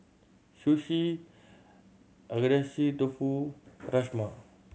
Sushi Agedashi Dofu Rajma